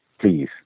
Please